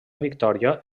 victòria